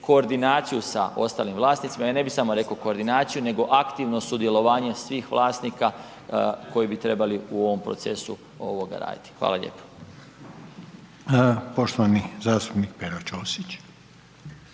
koordinaciju sa ostalim vlasnicima. Ja ne bih samo rekao koordinaciju nego aktivno sudjelovanje svih vlasnika koji bi trebali u ovom procesu raditi. Hvala lijepa. **Reiner,